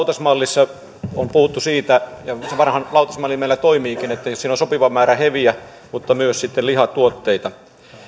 lautasmallissa on puhuttu siitä ja se vanha lautasmalli meillä toimiikin että on sopiva määrä heviä mutta myös sitten lihatuotteita